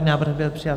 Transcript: Návrh byl přijat.